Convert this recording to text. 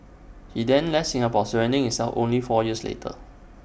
he then left Singapore surrendering himself only four years later